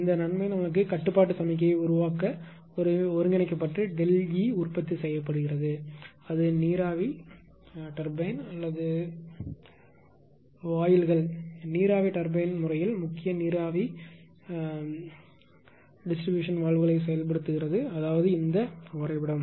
இந்த ஆதாயம் பெருக்கப்பட்டு கட்டுப்பாட்டு சமிக்ஞையை உருவாக்க ஒருங்கிணைக்கப்பட்டு ΔE உற்பத்தி செய்யப்படுகிறது அது நீராவி டர்பைன்அல்லது வாயில்கள் நீராவி டர்பைன்வழக்கில் முக்கிய நீராவி விநியோக வால்வுகளை செயல்படுத்துகிறது அதாவது இந்த வரைபடம்